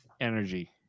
energy